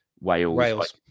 Wales